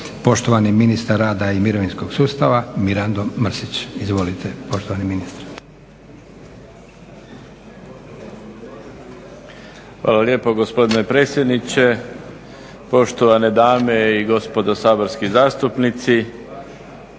Poštovani ministar rada i mirovinskog sustava, Mirando Mrsić. Izvolite, poštovani ministre. **Mrsić, Mirando (SDP)** Hvala lijepo gospodine predsjedniče. Poštovane dame i gospodo Saborski zastupnici.